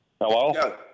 Hello